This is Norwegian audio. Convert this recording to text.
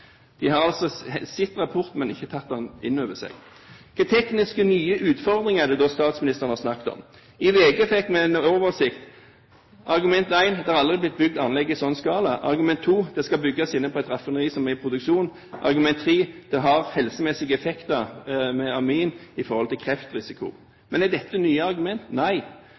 De har altså sett rapporten, men ikke tatt den inn over seg. De tekniske nye utfordringene snakket statsministeren om. I VG fikk vi en oversikt. Argument 1: Det har aldri blitt bygd anlegg i en slik skala. Argument 2: Det skal bygges inne på et raffineri som har produksjon. Argument 3: Aminteknologi har helsemessige effekter, f.eks. kreftrisiko. Men er dette nye argumenter? Nei, alt dette